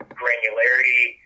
granularity